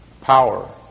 power